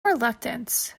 reluctance